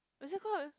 what's it called